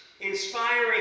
inspiring